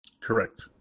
Correct